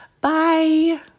Bye